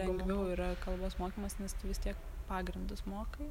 lengviau yra kalbos mokymas nes tu vis tiek pagrindus mokai